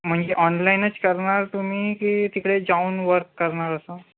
म्हणजे ऑनलाईनच करणार तुम्ही की तिकडे जाऊन वर्क करणार असं